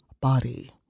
body